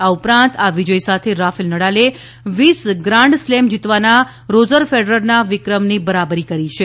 આ ઉપરાંત આ વિજય સાથે રાફેલ નડાલે વીસ ગ્રાન્ડ સ્લેમ જીતવાના રોજર ફેડરરના વિક્રમની બરાબરી કરી છે